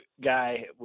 guy